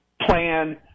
plan